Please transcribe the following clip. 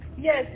Yes